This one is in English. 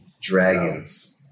dragons